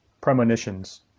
Premonitions